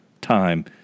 time